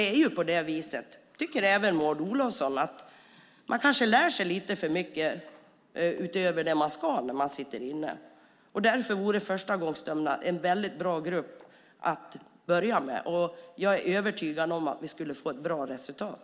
Även Maud Olofsson tycker att man kanske lär sig lite för mycket utöver det man ska när man sitter inne. Därför vore förstagångsdömda en bra grupp att börja med. Jag är övertygad om att vi skulle få ett bra resultat.